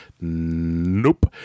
nope